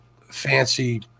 fancy